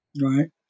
Right